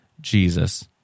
Jesus